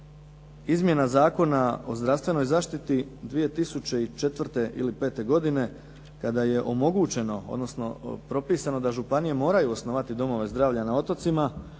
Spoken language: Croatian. izmjena Zakona o zdravstvenoj zaštiti 2004. ili 2005. godine kada je omogućeno, odnosno propisano da županije moraju osnovati domove zdravlja na otocima,